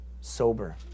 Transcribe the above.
Sober